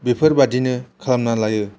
बेफोरबादिनो खालामना लायो